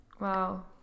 Wow